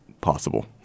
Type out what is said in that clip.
possible